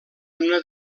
una